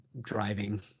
driving